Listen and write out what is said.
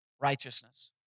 righteousness